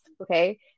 okay